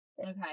Okay